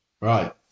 Right